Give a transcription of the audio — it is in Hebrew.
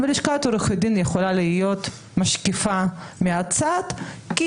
לשכת עורכי הדין יכולה להיות משקיפה מהצד כי